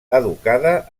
educada